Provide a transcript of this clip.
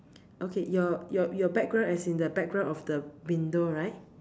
okay your your your background as in the background of the window right